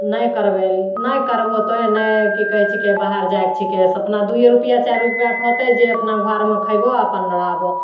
नहि करबै नहि करब होतै नहि कि कहै छिकै बाहर जाएके छिकै से अपना दुइए रुपैआ चारि रुपैआ होतै जे अपना घरमे खएबो अपन रहबो